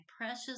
precious